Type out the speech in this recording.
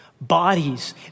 Bodies